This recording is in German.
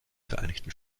vereinigten